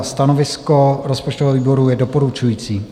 Stanovisko rozpočtového výboru je doporučující.